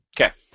Okay